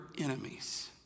enemies